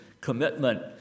commitment